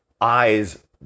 eyes